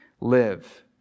live